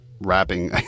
rapping